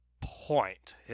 point